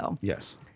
Yes